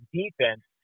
defense